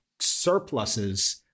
surpluses